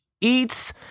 eats